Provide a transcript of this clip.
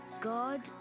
God